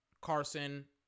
Carson